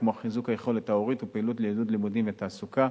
כמו חיזוק היכולת ההורית ופעילות לעידוד לימודים ותעסוקה.